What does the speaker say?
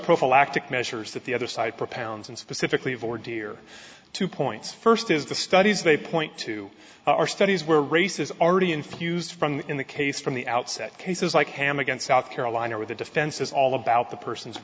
prophylactic measures that the other side propounds and specifically of or dear to points first is the studies they point to are studies where race is already infused in the case from the outset cases like ham against south carolina or the defense is all about the person's